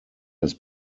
his